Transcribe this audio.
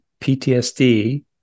PTSD